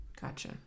Gotcha